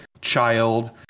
child